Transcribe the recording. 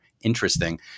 interesting